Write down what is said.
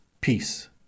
Peace